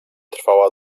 trwała